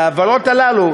וההעברות האלה,